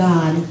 God